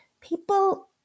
people